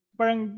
parang